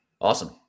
Awesome